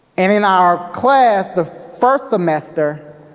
and in our class, the first semester,